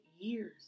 years